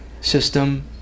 system